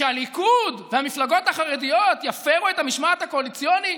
שהליכוד והמפלגות החרדיות יפרו את המשמעת הקואליציונית